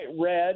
red